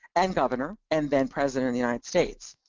and governor, and then president of the united states.